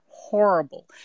horrible